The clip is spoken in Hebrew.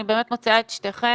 אני באמת מוציאה את שתיכן,